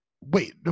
Wait